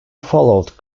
followed